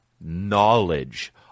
knowledge